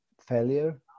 failure